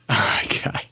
Okay